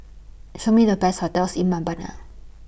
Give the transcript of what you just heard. Show Me The Best hotels in Mbabana